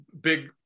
big